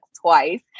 twice